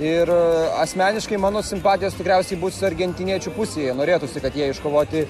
ir asmeniškai mano simpatijos tikriausiai būsiu argentiniečių pusėje norėtųsi kad jie iškovoti